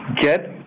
get